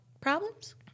problems